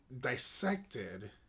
dissected